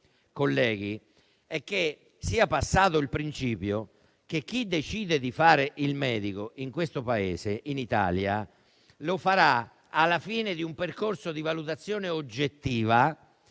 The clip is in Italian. colleghi, è che sia passato il principio che chi decide di fare il medico in questo Paese, in Italia, lo farà alla fine di un percorso di valutazione oggettiva